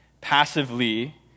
passively